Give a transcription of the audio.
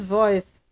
voice